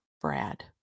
Brad